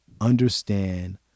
understand